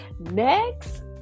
Next